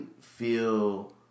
feel